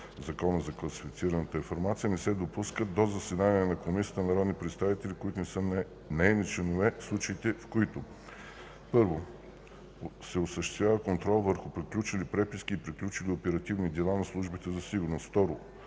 защита на класифицираната информация), не се допускат до заседанията на Комисията народни представители, които не са нейни членове, в случаите, в които: 1. осъществява контрол върху приключили преписки и приключили оперативни дела на службите за сигурност; 2.